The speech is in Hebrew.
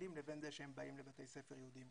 פעילים לבין זה שהם באים לבתי ספר יהודיים,